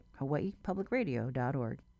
hawaiipublicradio.org